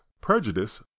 Prejudice